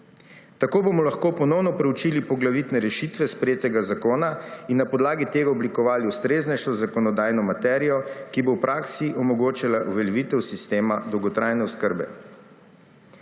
Tako bomo lahko ponovno proučili poglavitne rešitve sprejetega zakona in na podlagi tega oblikovali ustreznejšo zakonodajno materijo, ki bo v praksi omogočala uveljavitev sistema dolgotrajne oskrbe.